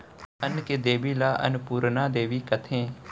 अन्न के देबी ल अनपुरना देबी कथें